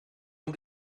van